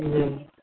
जी